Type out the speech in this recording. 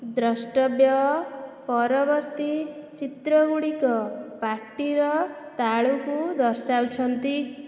ଦ୍ରଷ୍ଟବ୍ୟ ପରବର୍ତ୍ତୀ ଚିତ୍ରଗୁଡ଼ିକ ପାଟିର ତାଳୁକୁ ଦର୍ଶାଉଛନ୍ତି